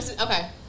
Okay